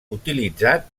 utilitzat